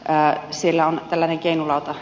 ää sillä on eniten valtaa